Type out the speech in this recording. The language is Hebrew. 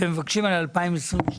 אתם מבקשים על 2022?